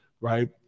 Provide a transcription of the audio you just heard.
right